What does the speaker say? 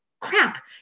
crap